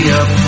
up